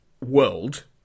world